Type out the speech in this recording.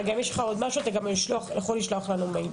אתה גם יכול לשלוח לנו מייל,